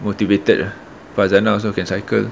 motivated ah farzana also can cycle